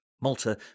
Malta